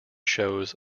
shows